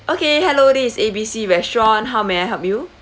okay hello this is A B C restaurant how may I help you